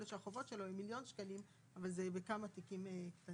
יכול להיות שהחוב שלו הוא מיליון שקלים וזה בכמה תיקים קטנים,